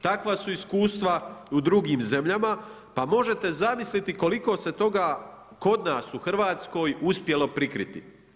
Takva su iskustva i u drugim zemljama pa možete zamisliti koliko se toga kod nas u Hrvatskoj uspjelo prikriti.